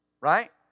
Right